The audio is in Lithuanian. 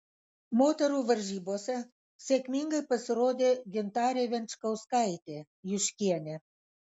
moterų varžybose sėkmingai pasirodė gintarė venčkauskaitė juškienė